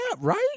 right